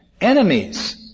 enemies